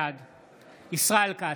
בעד ישראל כץ,